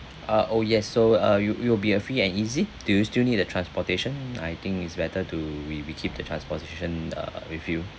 uh oh yes so uh it will it will be uh free and easy do you still need a transportation I think it's better to we we keep the transportation uh with you